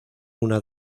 una